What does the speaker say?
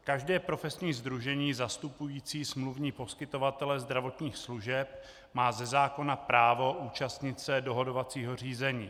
Každé profesní sdružení zastupující smluvní poskytovatele zdravotních služeb má ze zákona právo účastnit se dohodovacího řízení.